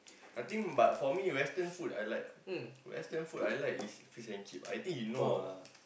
I think but for me western food I like western food I like is fish and chip I think he know ah